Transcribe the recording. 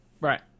Right